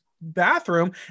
bathroom